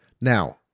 Now